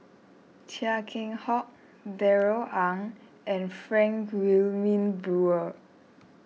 Chia Keng Hock Darrell Ang and Frank Wilmin Brewer